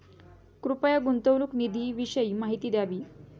कृपया गुंतवणूक निधीविषयी माहिती द्यावी